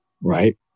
Right